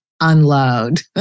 unload